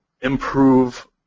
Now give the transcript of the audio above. improve